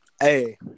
Hey